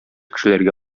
кешеләргә